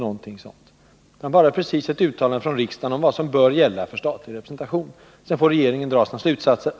Det är bara ett uttalande från riksdagen om vad som bör gälla för statlig representation. Sedan får regeringen dra sina slutsatser.